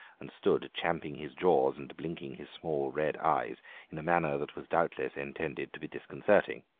and stood champing his jaws and blinking his small red eyes in a manner that was doubtless intended to be disconcerting,